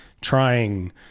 trying